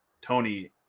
Tony